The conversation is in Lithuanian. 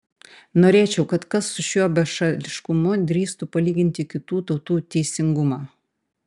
norėčiau kad kas su šiuo bešališkumu drįstų palyginti kitų tautų teisingumą